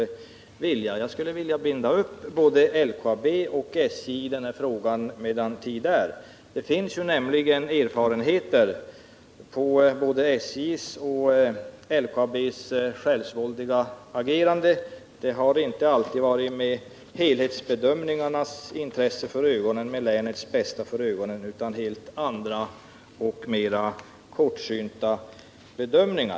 Jag skulle, medan tid är, vilja binda upp både LKAB och SJ i denna fråga. Det finns ju erfarenheter av både SJ:s och LKAB:s självsvåldiga agerande. De har inte alltid agerat med helhetsbedömningarnas intresse och länets bästa för ögonen utan har agerat efter helt andra och mera kortsynta bedömningar.